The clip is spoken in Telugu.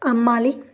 అమ్మాలి